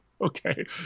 okay